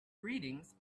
greetings